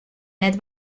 net